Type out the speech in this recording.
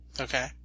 Okay